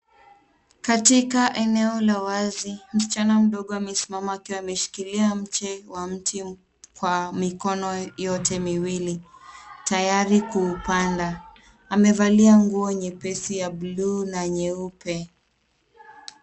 Katika eneo la wazi, msichana mdogo amesimama akiwa ameshikilia mche wa mti kwa mikono yote miwili tayari kuupanda. Amevalia nguo nyepesi ya buluu na nyeupe.